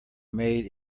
made